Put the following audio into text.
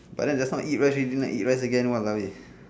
but then just now eat rice ready now eat rice again !walao! eh